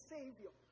Savior